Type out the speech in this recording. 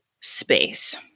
space